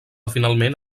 finalment